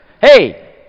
Hey